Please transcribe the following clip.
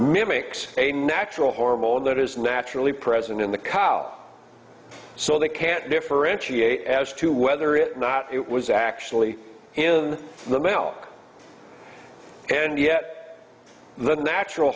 mimics a natural hormone that is naturally present in the cow so they can't differentiate as to whether it not it was actually in the male and yet the natural